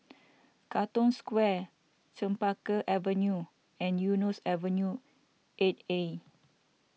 Katong Square Chempaka Avenue and Eunos Avenue eight A